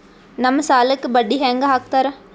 ನಮ್ ಸಾಲಕ್ ಬಡ್ಡಿ ಹ್ಯಾಂಗ ಹಾಕ್ತಾರ?